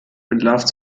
entlarvt